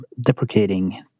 deprecating